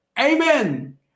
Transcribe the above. Amen